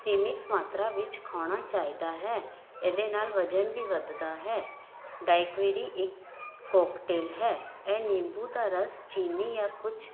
ਸੀਮਿਤ ਮਾਤਰਾ ਵਿੱਚ ਖਾਣਾ ਚਾਹੀਦਾ ਹੈ ਇਹਦੇ ਨਾਲ ਵਜਨ ਵੀ ਵੱਧਦਾ ਹੈ ਡਾਈਕੁਏਰੀ ਇੱਕ ਕੋਕਟੇਲ ਹੈ ਇਹ ਨਿੰਬੂ ਦਾ ਰਸ ਚੀਨੀ ਜਾਂ ਕੁਛ